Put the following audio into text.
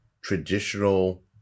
traditional